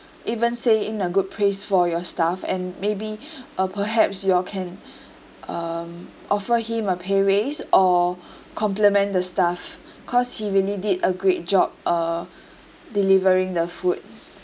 even say in a good praise for your staff and maybe uh perhaps you all can um offer him a pay raise or compliment the staff cause he really did a great job uh delivering the food